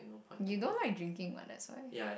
you don't like drinking what that's why